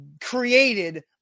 Created